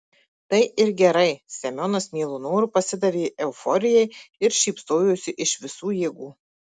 tai ir gerai semionas mielu noru pasidavė euforijai ir šypsojosi iš visų jėgų